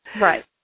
Right